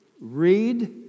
read